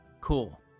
Cool